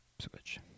Switch